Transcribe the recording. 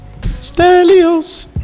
Stelios